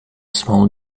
small